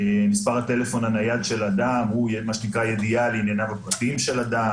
מספר הטלפון הנייד של אדם הוא ידיעה על ענייניו הפרטיים של אדם.